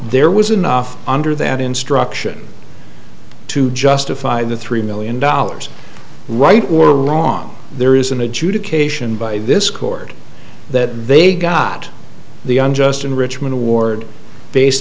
there was enough under that instruction to justify the three million dollars right or wrong there is an adjudication by this court that they got the unjust enrichment award based